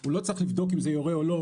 הוא לא צריך לבדוק אם זה יורה או לא.